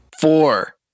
Four